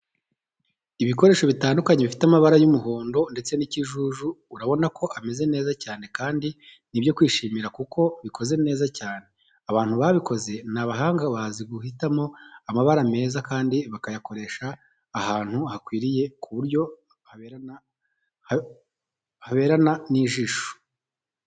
Ibikoresho bitandukanye bifite amabara y'umuhondo ndetse n'ikijuju, urabona ko ameze neza cyane kandi ni ibyo kwishimira kuko bikoze neza cyane, abantu babikoze ni abahanga bazi guhitamo amabara meza kandi bakayakoresha ahantu hakwiriye ku buryo haberana n'ijisho.